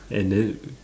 and then